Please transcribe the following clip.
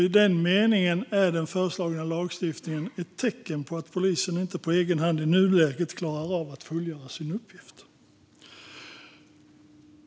I den meningen är den föreslagna lagstiftningen ett tecken på att polisen inte på egen hand i nuläget klarar av att fullgöra sin uppgift.